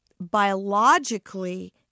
biologically